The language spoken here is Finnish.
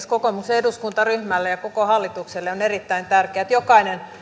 kokoomuksen eduskuntaryhmälle ja koko hallitukselle on erittäin tärkeää että jokainen